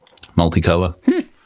Multicolor